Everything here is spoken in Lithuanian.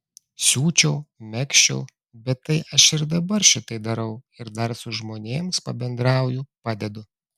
siūčiau megzčiau bet tai aš ir dabar šitai darau ir dar su žmonėms pabendrauju padedu